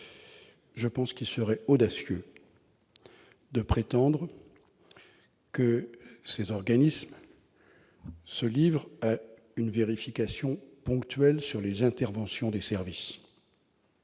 Je pense qu'il serait audacieux de prétendre que ces organismes se livrent à une vérification ponctuelle sur les interventions des services.